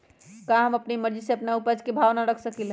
का हम अपना मर्जी से अपना उपज के भाव न रख सकींले?